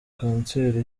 kanseri